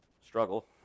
struggle